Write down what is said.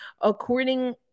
according